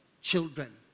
children